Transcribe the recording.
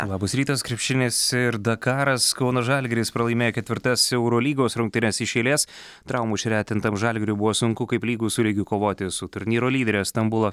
labas rytas krepšinis ir dakaras kauno žalgiris pralaimėjo ketvirtas eurolygos rungtynes iš eilės traumų išretintam žalgiriui buvo sunku kaip lygus su lygiu kovoti su turnyro lydere stambulo